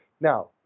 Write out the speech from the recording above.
Now